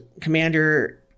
commander